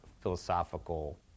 philosophical